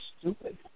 stupid